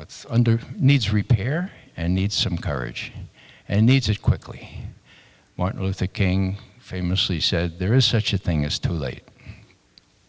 what's under needs repair and needs some courage and needs as quickly martin luther king famously said there is such a thing as too late